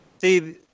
See